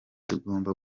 tugomba